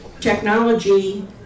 technology